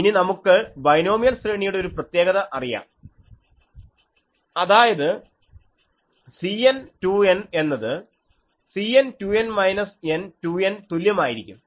ഇനി നമുക്ക് ബൈനോമിയൽ ശ്രേണിയുടെ ഒരു പ്രത്യേകത അറിയാം അതായത് Cn2N എന്നത് C2N n 2N തുല്യമായിരിക്കും